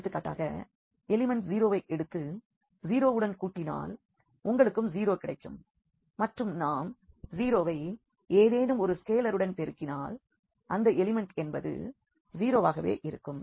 எடுத்துக்காட்டாக எலிமெண்ட் 0 வை எடுத்து 0 வுடன் கூட்டினால் உங்களுக்கும் 0 கிடைக்கும் மற்றும் நாம் 0 வை ஏதேனும் ஒரு ஸ்கேலருடன் பெருக்கினால் அந்த எலிமெண்ட் என்பது 0 வாகவே இருக்கும்